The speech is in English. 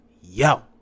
yo